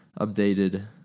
updated